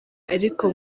ariko